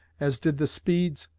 as did the speeds,